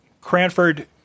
Cranford